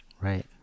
Right